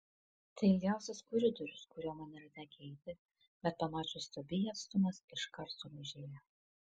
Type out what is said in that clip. tai ilgiausias koridorius kuriuo man yra tekę eiti bet pamačius tobiją atstumas iškart sumažėja